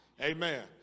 Amen